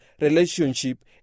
relationship